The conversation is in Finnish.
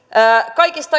kaikista